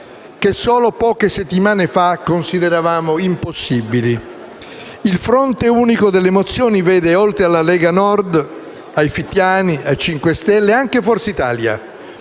che solo poche settimane fa consideravamo impossibili. Il fronte unico delle mozioni vede, oltre alla Lega Nord, ai fittiani e ai 5 Stelle, anche Forza Italia,